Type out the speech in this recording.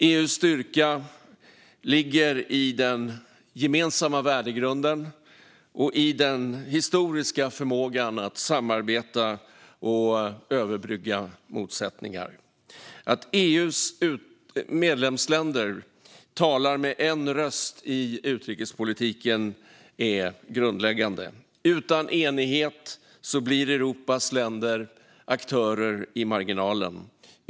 EU:s styrka ligger i den gemensamma värdegrunden och i den historiska förmågan att samarbeta och överbrygga motsättningar. Att EU:s medlemsländer talar med en röst i utrikespolitiken är grundläggande - utan enighet blir Europas länder aktörer i marginalen.